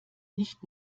nicht